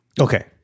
okay